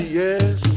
yes